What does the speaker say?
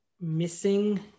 missing